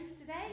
today